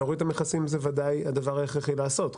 להוריד את המכסים זה וודאי הדבר ההכרחי לעשות,